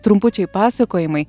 trumpučiai pasakojimai